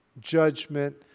judgment